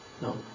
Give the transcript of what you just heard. No